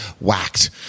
whacked